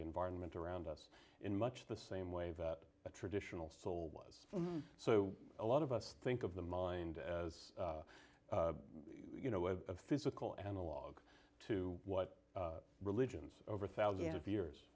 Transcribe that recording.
the environment around us in much the same way that a traditional soul was so a lot of us think of the mind as you know as a physical analogue to what religions over thousands of years